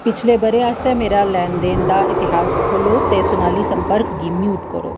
पिछले ब'रै आस्तै मेरा लैन देन दा इतिहास खोह्ल्लो ते सुनाली संपर्क गी म्यूट करो